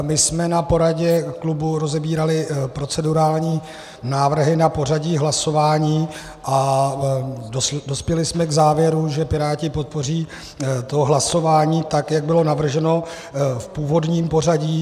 My jsme na poradě klubu rozebírali procedurální návrhy na pořadí hlasování a dospěli jsme k závěru, že Piráti podpoří to hlasování tak, jak bylo navrženo v původním pořadí.